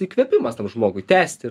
įkvėpimas tam žmogui tęsti